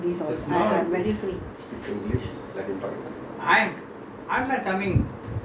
then then don't don't ask me go marketing ah buy mutton buy chicken buy all these all I'm not very free